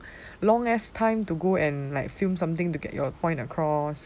long ass time to go and like film something to get your point across